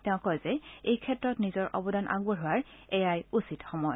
তেওঁ কয় যে এইক্ষেত্ৰত নিজৰ অৱদান আগবঢ়োৱাৰ এয়াই উচিত সময়